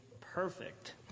perfect